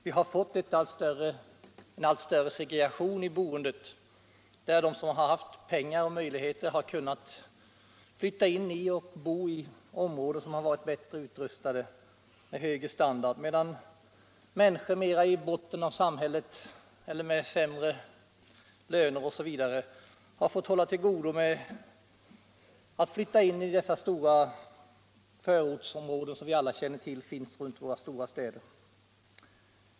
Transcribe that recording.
Vi har fått en allt större segregation i boendet, där de som har haft pengar och möjligheter kunnat flytta in i områden som varit bättre utrustade och haft högre standard, medan människor i botten av samhället, med sämre löner osv., har fått hålla till godo med att flytta in i dessa stora förortsområden som finns runt våra större städer.